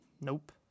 nope